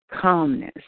calmness